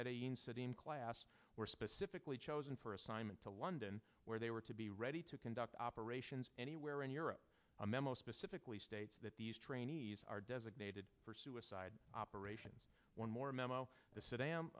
city in class were specifically chosen for assignment to london where they were to be ready to conduct operations anywhere in europe a memo specifically states that these trainees are designated for suicide operations one more memo from saddam